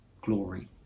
glory